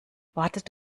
wartet